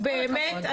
בואי.